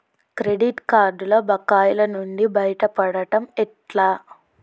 Credit కార్డుల బకాయిల నుండి బయటపడటం ఎట్లా?